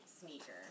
sneaker